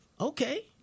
okay